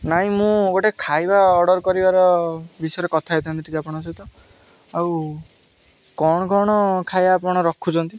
ନାଇଁ ମୁଁ ଗୋଟେ ଖାଇବା ଅର୍ଡ଼ର କରିବାର ବିଷୟରେ କଥା ହେଇଥାନ୍ତି ଟିକେ ଆପଣଙ୍କ ସହିତ ଆଉ କ'ଣ କ'ଣ ଖାଇବା ଆପଣ ରଖୁଛନ୍ତି